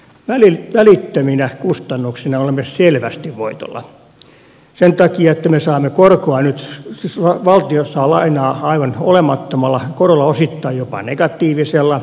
välittöminä kustannuksina olemme selvästi voitolla sen takia että me saamme korkoa nyt valtio saa lainaa aivan olemattomalla korolla osittain jopa negatiivisella